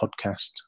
podcast